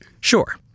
Sure